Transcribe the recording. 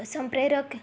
संप्रेरक